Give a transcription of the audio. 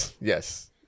Yes